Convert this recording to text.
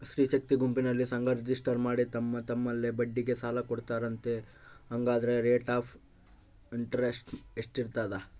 ಸ್ತ್ರೇ ಶಕ್ತಿ ಗುಂಪಿನಲ್ಲಿ ಸಂಘ ರಿಜಿಸ್ಟರ್ ಮಾಡಿ ತಮ್ಮ ತಮ್ಮಲ್ಲೇ ಬಡ್ಡಿಗೆ ಸಾಲ ಕೊಡ್ತಾರಂತೆ, ಹಂಗಾದರೆ ರೇಟ್ ಆಫ್ ಇಂಟರೆಸ್ಟ್ ಎಷ್ಟಿರ್ತದ?